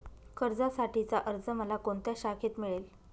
कर्जासाठीचा अर्ज मला कोणत्या शाखेत मिळेल?